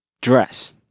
dress